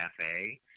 cafe